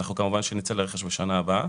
כמובן שנצא לרכש בשנה הבאה.